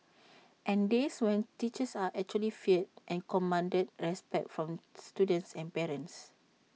and days when teachers are actually feared and commanded respect from students and parents